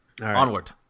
Onward